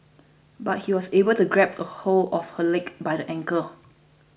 but he was able to grab hold of her leg by the ankle